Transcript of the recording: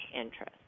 interest